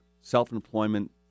self-employment